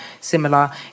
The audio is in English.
similar